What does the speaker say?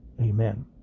Amen